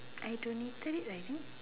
I donated it lah is it